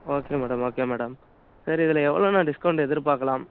okay madam okay madam சரி இதில் எவ்வளோ நான் டிஸ்கவுண்ட்டு எதிர் பார்க்கலாம்